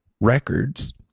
records